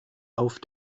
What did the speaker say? auf